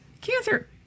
Cancer